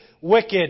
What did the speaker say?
wicked